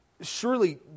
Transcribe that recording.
surely